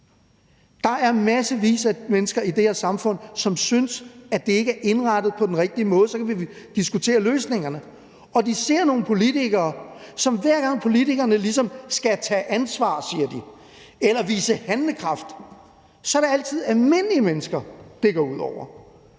Der er massevis af mennesker i det her samfund, som synes, at det ikke er indrettet på den rigtige måde. Så kan vi diskutere løsningerne, men de ser nogle politikere, som, hver gang de ligesom skal tage ansvar eller vise handlekraft, altid lader det gå ud over almindelige mennesker. Det er